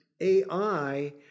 AI